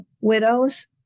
widows